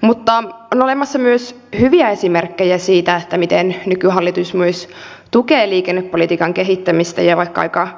mutta on olemassa myös hyviä esimerkkejä siitä miten nykyhallitus myös tukee liikennepolitiikan kehittämistä ja vaikkapa aika